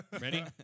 Ready